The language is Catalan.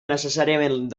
necessàriament